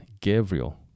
Gabriel